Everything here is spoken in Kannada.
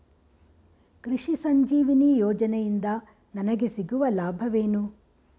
ಕೃಷಿ ಸಂಜೀವಿನಿ ಯೋಜನೆಯಿಂದ ನನಗೆ ಸಿಗುವ ಲಾಭವೇನು?